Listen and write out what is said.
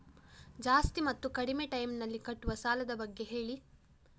ಜಾಸ್ತಿ ಮತ್ತು ಕಡಿಮೆ ಟೈಮ್ ನಲ್ಲಿ ಕಟ್ಟುವ ಸಾಲದ ಬಗ್ಗೆ ಹೇಳಿ